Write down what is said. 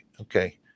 okay